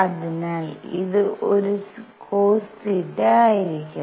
അതിനാൽ ഇത് ഒരു cosθ ആയിരിക്കും